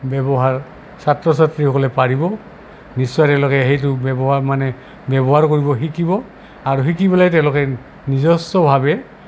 ব্যৱহাৰ ছাত্ৰ ছাত্ৰীসকলে পাৰিব নিশ্চয় তেওঁলোকে সেইটো ব্যৱহাৰ মানে ব্যৱহাৰ কৰিব শিকিব আৰু শিকি পেলাই তেওঁলোকে নিজস্বভাৱে